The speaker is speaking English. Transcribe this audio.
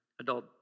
adult